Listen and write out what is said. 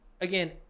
again